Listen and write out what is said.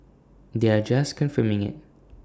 they are just confirming IT